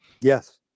Yes